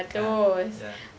ya ya